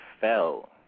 fell